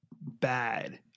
bad